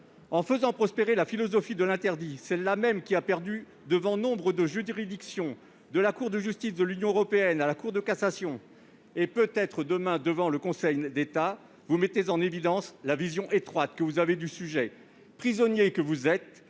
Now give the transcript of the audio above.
En faisant prospérer la philosophie de l'interdit, celle-là même qui a perdu devant nombre de juridictions, de la Cour de justice de l'Union européenne à la Cour de cassation, et qui perdra peut-être demain devant le Conseil d'État, vous mettez en évidence l'étroitesse de la vision que vous avez du sujet, prisonniers de votre